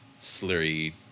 slurry